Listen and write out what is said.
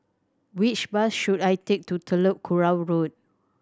which bus should I take to Telok Kurau Road